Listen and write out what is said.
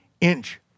inch